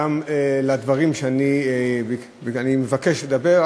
גם לדברים שאני מבקש לדבר,